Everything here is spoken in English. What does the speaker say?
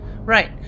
Right